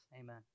Amen